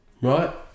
right